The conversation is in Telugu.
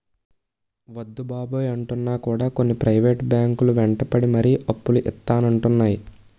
వద్దు బాబోయ్ అంటున్నా కూడా కొన్ని ప్రైవేట్ బ్యాంకు లు వెంటపడి మరీ అప్పులు ఇత్తానంటున్నాయి